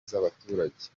z’abaturage